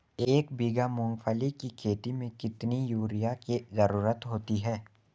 एक बीघा मूंगफली की खेती में कितनी यूरिया की ज़रुरत होती है?